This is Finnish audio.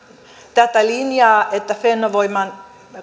tätä linjaa että fennovoiman